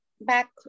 back